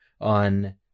on